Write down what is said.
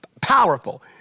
Powerful